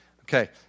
Okay